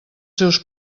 seus